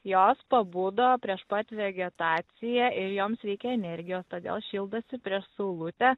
jos pabudo prieš pat vegetaciją ir joms reikia energijos todėl šildosi prieš saulutę